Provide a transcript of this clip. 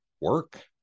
work